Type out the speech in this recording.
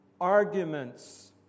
arguments